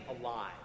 alive